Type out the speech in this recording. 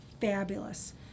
fabulous